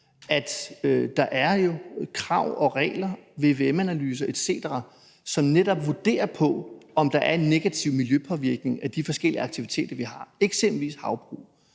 at der jo er krav og regler, vvm-analyser etc., som netop vurderer på, om der er en negativ miljøpåvirkning af de forskellige aktiviteter, vi har, eksempelvis havbrug.